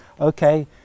okay